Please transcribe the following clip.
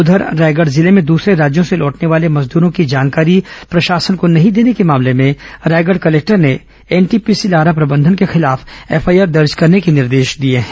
उघर रायगढ़ जिले में दूसरे राज्यों से लौटने वाले मजदूरों की जानकारी प्रशासन को नहीं देने के मामले में रायगढ कलेक्टर ने एनटीपीसी लारा प्रबंधन के खिलाफ एफआईआर दर्ज करने के निर्देश दिए हैं